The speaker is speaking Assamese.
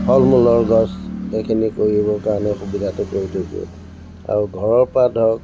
ফল মূলৰ গছ এইখিনি কৰিবৰ কাৰণে সুবিধাটো কৰি থৈছোঁ আৰু ঘৰৰ পৰা ধৰক